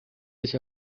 sich